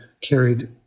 carried